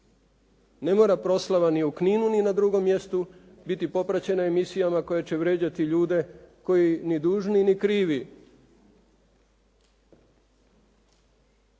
Ne mora proslava ni u Kninu ni na drugom mjestu biti popraćena emisijama koje će vrijeđati ljude koji ni dužni, ni krivi,